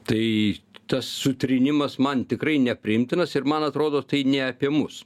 tai tas sutrynimas man tikrai nepriimtinas ir man atrodo tai ne apie mus